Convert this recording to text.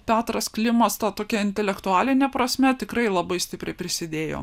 petras klimas ta tokia intelektualine prasme tikrai labai stipriai prisidėjo